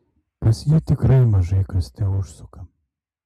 pas jį tikrai mažai kas teužsuka